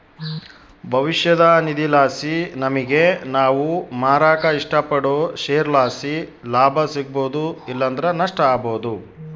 ಭವಿಷ್ಯದ ನಿಧಿಲಾಸಿ ನಮಿಗೆ ನಾವು ಮಾರಾಕ ಇಷ್ಟಪಡೋ ಷೇರುಲಾಸಿ ಲಾಭ ಸಿಗ್ಬೋದು ಇಲ್ಲಂದ್ರ ನಷ್ಟ ಆಬೋದು